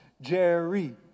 jerry